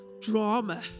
drama